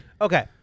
Okay